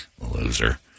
Loser